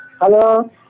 Hello